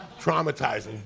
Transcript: Traumatizing